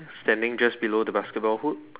standing just below the basketball hoop